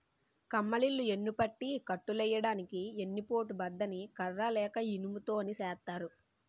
కమ్మలిల్లు యెన్నుపట్టి కట్టులెయ్యడానికి ఎన్ని పోటు బద్ద ని కర్ర లేక ఇనుము తోని సేత్తారు